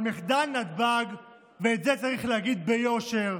אבל מחדל נתב"ג, ואת זה צריך להגיד ביושר,